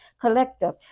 collective